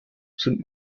sind